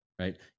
right